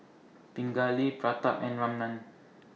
Pingali Pratap and Ramnath